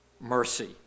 mercy